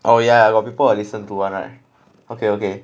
oh ya got people will listen to one right okay okay